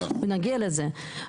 ונגיע לזה.